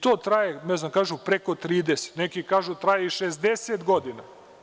To traje, kako kažu, preko 30, a neki kažu da traje i 60 godina.